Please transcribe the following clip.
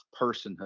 personhood